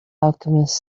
alchemist